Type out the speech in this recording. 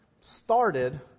started